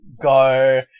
go